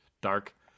dark